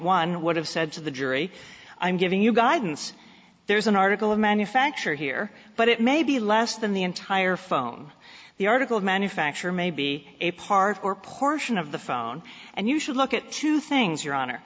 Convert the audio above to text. one would have said to the jury i'm giving you guidance there is an article of manufacture here but it may be less than the entire phone the article manufacture may be a part or portion of the phone and you should look at two things your honor